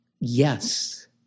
yes